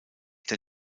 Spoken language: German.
der